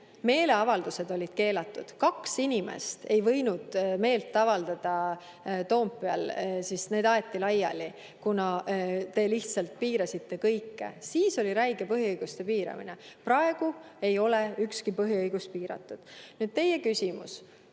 Meeleavaldused olid keelatud, kaks inimest ei võinud meelt avaldada Toompeal. Need aeti laiali, kuna te lihtsalt piirasite kõike. Siis oli räige põhiõiguste piiramine, praegu ei ole ükski põhiõigus piiratud. Nüüd, teie küsimus